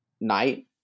night